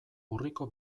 urriko